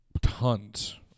tons